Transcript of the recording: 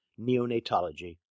neonatology